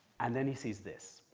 and then he sees this,